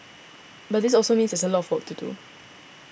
but this also means there's a lot of work to do